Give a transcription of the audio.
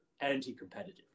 anti-competitive